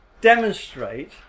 demonstrate